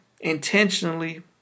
intentionally